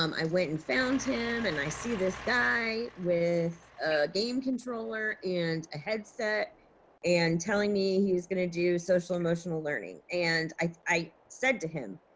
um i went and found him and i see this guy with a game controller and a headset and telling me he was gonna do social emotional learning. and i said to him,